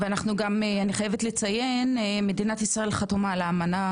וגם אני חייבת לציין מדינת ישראל חתומה על האמנה,